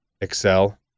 excel